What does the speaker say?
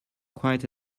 quite